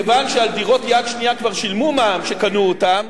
מכיוון שעל דירות יד שנייה כבר שילמו מע"מ כשקנו אותן,